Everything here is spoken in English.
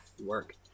Work